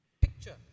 picture